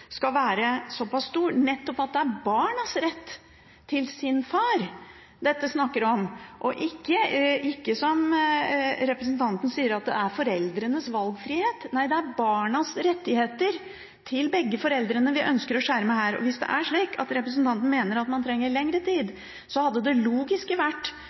skal være så pass stor, nettopp at det er barnas rett til sin far dette handler om, og ikke, som representanten sier, foreldrenes valgfrihet. Nei, det er barnas rettigheter til begge foreldrene vi ønsker å skjerme her. Og hvis det er slik at representanten Tønder mener at man trenger lengre tid, hadde det logiske vært